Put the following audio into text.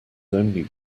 only